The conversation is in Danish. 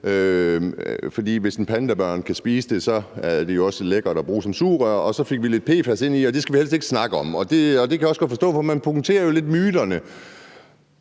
hvis en pandabjørn kan spise det, er det jo også lækkert at bruge som sugerør. Og så fik vi lidt PFAS ind i snakken, og det skal vi helst ikke snakke om, og det kan jeg også godt forstå, for man punkterer jo lidt myterne.